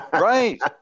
right